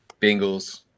Bengals